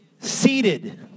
seated